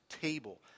table